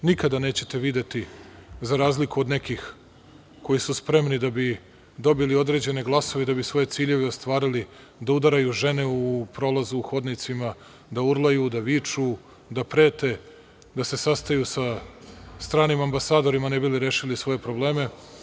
Nikada nećete videti, za razliku od nekih koji su spremni da bi dobili određene glasove i da bi svoje ciljeve ostvarili, da udaraju žene u prolazu, u hodnicima, da urlaju, da viču, da prete, da se sastaju sa stranim ambasadorima ne bi li rešili svoje probleme.